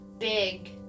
Big